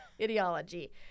ideology